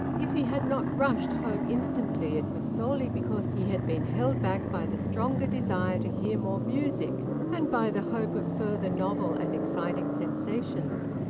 if he had not rushed home instantly it was solely because he had been held back by the stronger desire to hear more music and by the hope of further novel and exciting sensations.